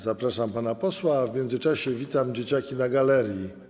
Zapraszam pana posła, a w międzyczasie witam dzieciaki na galerii.